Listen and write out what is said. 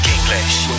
English